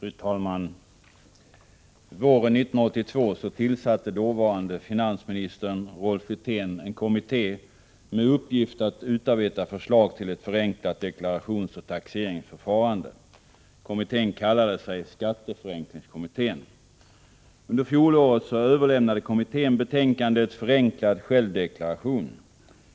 Fru talman! Våren 1982 tillsatte dåvarande finansministern Rolf Wirtén en kommitté med uppgift att utarbeta förslag till ett förenklat deklarationsoch taxeringsförfarande. Kommittén kallade sig skatteförenklingskommittén. Under fjolåret överlämnade kommittén betänkandet Förenklad självdeklaration.